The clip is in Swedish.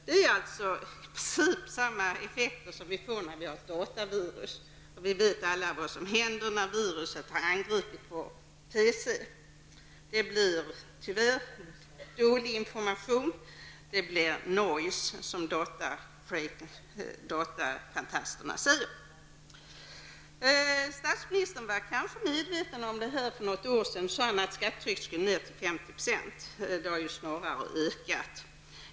Det är alltså samma effekter som vi får när vi har ett datavirus. Vi vet alla vad som händer när viruset har angripit vår PC. Det blir tyvärr dålig information, det blir nojs, som datafantasterna säger. Statsministern var kanske medveten om detta för något år sedan. Då sade han att skattetrycket skulle ner till 50 %. Det har ju snarare ökat.